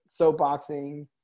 soapboxing